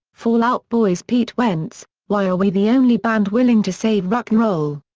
fall out boy's pete wentz why are we the only band willing to save rock'n'roll.